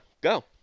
go